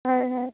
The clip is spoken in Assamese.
হয় হয়